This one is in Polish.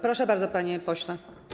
Proszę bardzo, panie pośle.